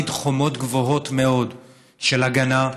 להעמיד חומות גבוהות מאוד של הגנה,